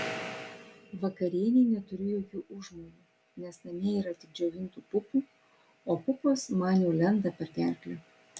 vakarienei neturiu jokių užmojų nes namie yra tik džiovintų pupų o pupos man jau lenda per gerklę